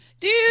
Dude